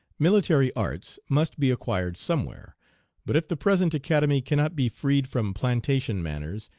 military arts must be acquired somewhere but if the present academy cannot be freed from plantation manners,